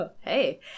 hey